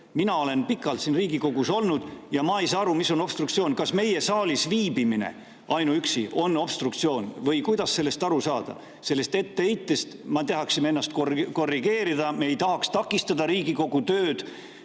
Mina olen siin Riigikogus pikalt olnud ja ma ei saa aru, mis on obstruktsioon. Kas ainuüksi meie saalis viibimine on obstruktsioon või kuidas sellest aru saada, sellest etteheitest? Me tahaksime ennast korrigeerida, me ei tahaks takistada Riigikogu tööd.